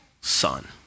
son